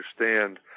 understand